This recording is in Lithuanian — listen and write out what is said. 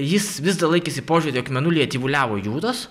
jis vis dar laikėsi požiūrio jog mėnulyje tyvuliavo jūros